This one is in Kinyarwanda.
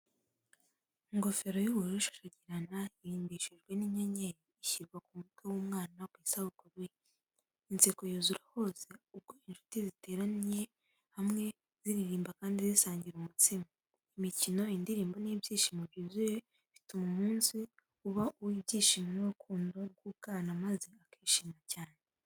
Ingofero y'ubururu ishashagirana, irimbishijwe n’inyenyeri, ishyirwa ku mutwe w'umwana ku isabukuru ye. Inseko yuzura hose ubwo inshuti ziteraniye hamwe, ziririmba kandi zisangira umutsima. Imikino, indirimbo n’ibyishimo byuzuye bituma uwo munsi uba uw’ibyishimo n’urukundo rw’ubwana maze akishima cyane.